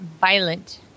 violent